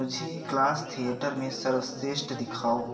मुझे class theatre में सर्वश्रेष्ठ दिखाओ